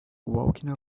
walking